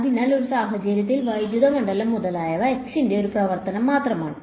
അതിനാൽ ആ സാഹചര്യത്തിൽ വൈദ്യുത മണ്ഡലം മുതലായവ x ന്റെ ഒരു പ്രവർത്തനം മാത്രമാണ്